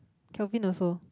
Calvin also